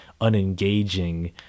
unengaging